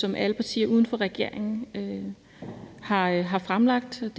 som alle partierne uden for regeringen har fremsat.